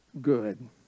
good